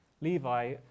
Levi